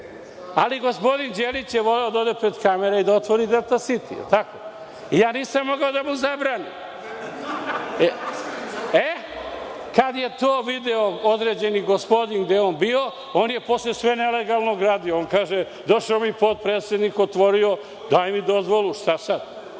Ali gospodin Đelić je voleo da ode pred kamere i da otvori „Delta siti“. Nisam mogao da mu zabranim. Kada je to video određeni gospodin gde je on bio, on je posle sve nelegalno gradio. Kaže – došao mi potpredsednik, otvorio, daj mi dozvolu, šta sad.